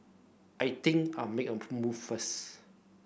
I think I'll make a move first